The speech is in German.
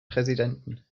präsidenten